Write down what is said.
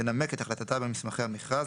תנמק את החלטתה במסמכי המכרז,